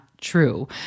true